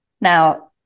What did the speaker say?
now